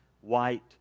white